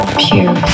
pure